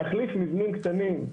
להחליף מבנים קטנים,